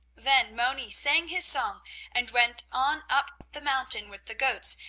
then moni sang his song and went on up the mountain with the goats,